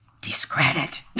discredit